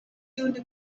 y’undi